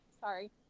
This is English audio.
Sorry